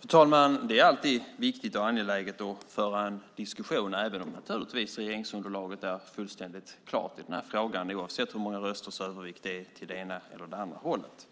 Fru talman! Det är alltid viktigt och angeläget att föra en diskussion även om naturligtvis regeringsunderlaget är fullständigt klart i den här frågan, oavsett hur många rösters övervikt det är åt det ena eller andra hållet.